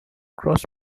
cross